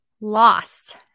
lost